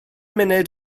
munud